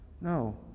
No